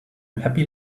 happy